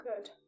good